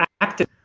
active